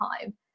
time